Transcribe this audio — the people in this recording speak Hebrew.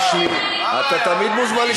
דודי, דודי, תן לי לומר את דברי.